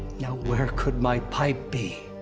now where could my pipe be?